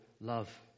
love